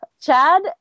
chad